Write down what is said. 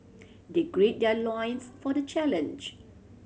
they gird their loins for the challenge